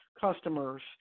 customers